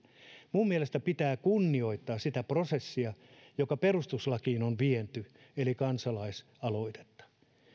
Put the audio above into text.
minun mielestäni pitää kunnioittaa sitä prosessia joka perustuslakiin on viety eli kansalaisaloitetta